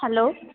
hello